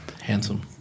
handsome